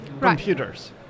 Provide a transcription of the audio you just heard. computers